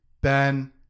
Ben